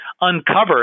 uncovered